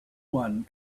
one